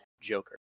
joker